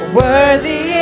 worthy